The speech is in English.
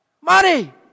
Money